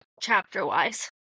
Chapter-wise